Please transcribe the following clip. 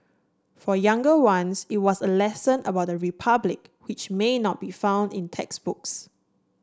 for younger ones it was a lesson about the Republic which may not be found in textbooks